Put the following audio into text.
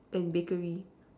and bakery